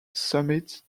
summit